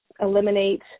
eliminate